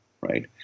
right